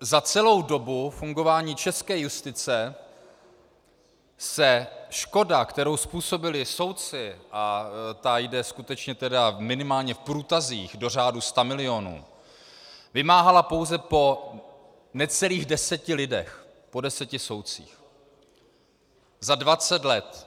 Za celou dobu fungování české justice se škoda, kterou způsobili soudci, a ta jde skutečně minimálně v průtazích do řádu stamilionů, vymáhala pouze po necelých deseti lidech, po deseti soudcích za dvacet let.